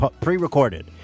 pre-recorded